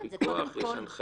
באמת יש פיקוח והנחיות?